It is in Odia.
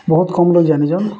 ବହୁତ୍ କମ୍ ଲୋଗ୍ ଜାନିଛନ୍